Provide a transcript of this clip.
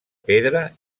pedra